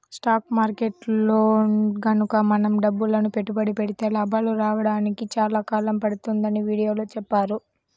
stock మార్కెట్టులో గనక మనం డబ్బులని పెట్టుబడి పెడితే లాభాలు రాడానికి చాలా కాలం పడుతుందని వీడియోలో చెప్పారు